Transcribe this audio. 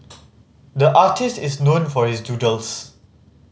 the artist is known for his doodles